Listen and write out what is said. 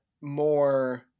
more